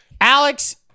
Alex